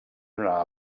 una